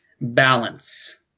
balance